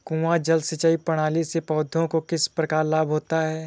कुआँ जल सिंचाई प्रणाली से पौधों को किस प्रकार लाभ होता है?